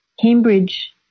Cambridge